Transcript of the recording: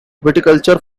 viticulture